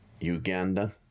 Uganda